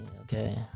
Okay